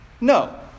no